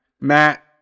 Matt